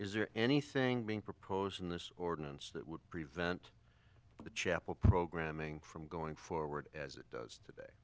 is there anything being proposed in this ordinance that would prevent the chapel programming from going forward as it does today